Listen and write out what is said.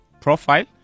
profile